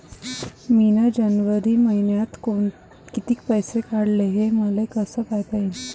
मिन जनवरी मईन्यात कितीक पैसे काढले, हे मले कस पायता येईन?